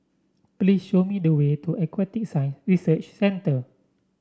please show me the way to Aquatic Science Research Centre